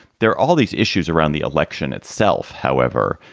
there are all these issues around the election itself, however,